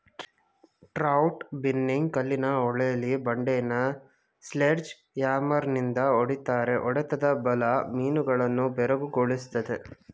trout binning ಕಲ್ಲಿನ ಹೊಳೆಲಿ ಬಂಡೆನ ಸ್ಲೆಡ್ಜ್ ಹ್ಯಾಮರ್ನಿಂದ ಹೊಡಿತಾರೆ ಹೊಡೆತದ ಬಲ ಮೀನುಗಳನ್ನು ಬೆರಗುಗೊಳಿಸ್ತದೆ